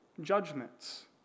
judgments